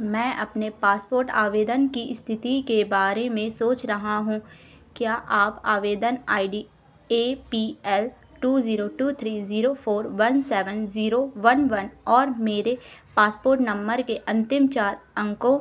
मैं अपने पासपोर्ट आवेदन की स्थिति के बारे में सोच रहा हूँ क्या आप आवेदन I D A P L two zero two three zero four one seven zero one one और मेरे पासपोर्ट नम्बर के अंतिम चार अंकों